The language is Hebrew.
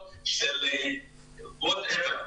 של כל המקומות.